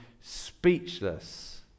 speechless